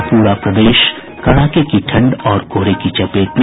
और पूरा प्रदेश कड़ाके की ठंड और कोहरे की चपेट में